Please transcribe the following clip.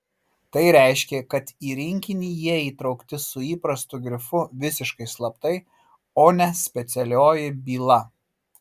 tai reiškė kad į rinkinį jie įtraukti su įprastu grifu visiškai slaptai o ne specialioji byla